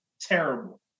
terrible